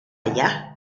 allá